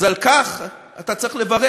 אז על כך אתה צריך לברך.